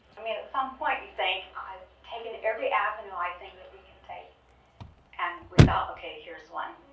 i mean at some point you think i've taken every avenue i think that we can take and we thought okay here's one.